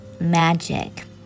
magic